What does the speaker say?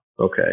Okay